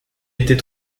était